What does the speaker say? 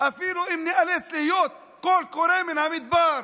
אפילו אם ניאלץ להיות קול קורא מן המדבר,